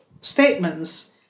statements